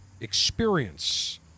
experience